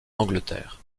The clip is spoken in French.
angleterre